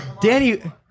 Danny